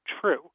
true